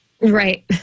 Right